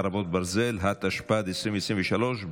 ברזל), התשפ"ד 2023,